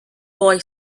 boy